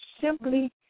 simply